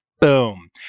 Boom